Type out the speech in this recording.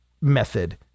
method